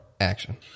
Action